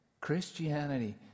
Christianity